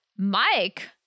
Mike